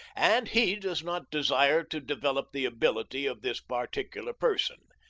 and he does not desire to develop the ability of this particular person.